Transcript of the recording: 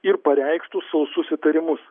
ir pareikštus sausus įtarimus